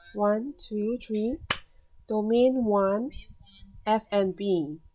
one two three domain one F&B